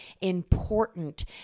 important